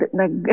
nag